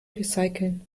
recyceln